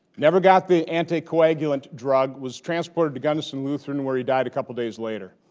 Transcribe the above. never got the anticoagulant drug, was transported to gundersen lutheran where he died a couple days later.